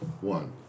one